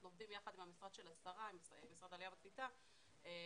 עובדים יחד עם המשרד של שרת העלייה והקליטה להקים,